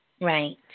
Right